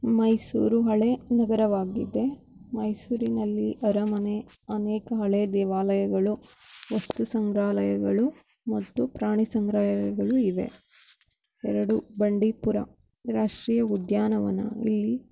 ಮೈಸೂರು ಹಳೇ ನಗರವಾಗಿದೆ ಮೈಸೂರಿನಲ್ಲಿ ಅರಮನೆ ಅನೇಕ ಹಳೇ ದೇವಾಲಯಗಳು ವಸ್ತು ಸಂಗ್ರಹಾಲಯಗಳು ಮತ್ತು ಪ್ರಾಣಿ ಸಂಗ್ರಾಲಯಗಳು ಇವೆ ಎರಡು ಬಂಡೀಪುರ ರಾಷ್ಟ್ರೀಯ ಉದ್ಯಾನವನ ಇಲ್ಲಿ